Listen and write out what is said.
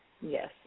Yes